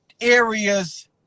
areas